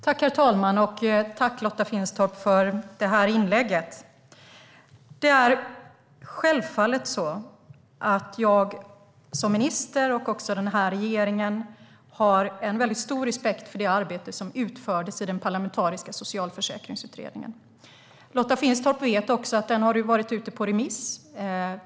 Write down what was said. Herr talman! Självfallet har jag som minister och den här regeringen en väldigt stor respekt för det arbete som utfördes i den parlamentariska Socialförsäkringsutredningen. Lotta Finstorp vet också att den nu har varit ute på remiss.